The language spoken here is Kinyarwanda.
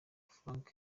frank